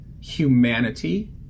humanity